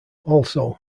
also